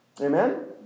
Amen